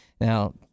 Now